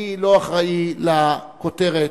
אני לא אחראי לכותרת.